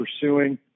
pursuing